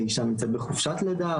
האישה נמצאת בחופשת לידה,